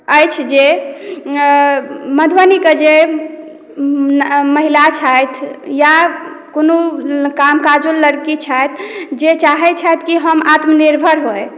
अछि जे मधुबनीक जे महिला छथि वा कोनो कामकाजुल लड़की छथि जे चाहे छथि की हम आत्मनिर्भर होइ